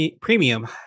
Premium